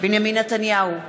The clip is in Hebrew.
בנימין נתניהו,